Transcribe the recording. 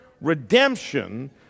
Redemption